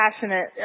passionate